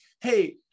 hey